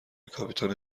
کاپیتان